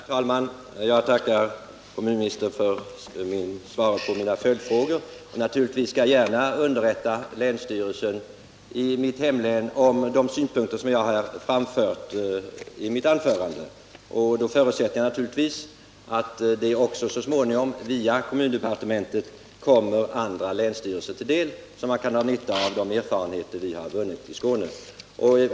Herr talman! Jag tackar kommunministern för svaret på mina följdfrågor. Naturligtvis skall jag gärna underrätta länsstyrelsen i mitt hemlän om de synpunkter som jag här har framfört. Jag förutsätter givetvis att detta via kommundepartementet kommer andra länsstyrelser till del, så att man kan dra nytta av de erfarenheter som vi har vunnit i Skåne.